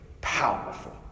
powerful